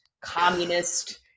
communist